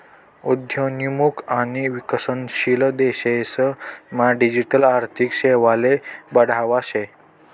उद्योन्मुख आणि विकसनशील देशेस मा डिजिटल आर्थिक सेवाले बढावा शे